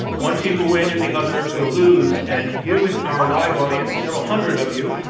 one team will win and the other will lose, and you in our live audience, several hundred of you,